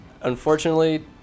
unfortunately